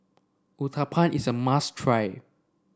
Uthapam is a must try